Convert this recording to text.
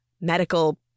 medical